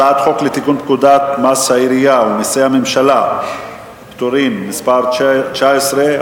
הצעת חוק לתיקון פקודת מסי העירייה ומסי הממשלה (פטורין) (מס' 19),